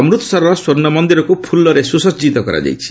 ଅମୃତସରର ସ୍ୱର୍ଣ୍ଣ ମନ୍ଦିରକୁ ଫୁଲରେ ସୁସଜିତ କରାଯାଇଛି